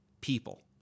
people